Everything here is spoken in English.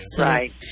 Right